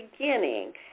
beginning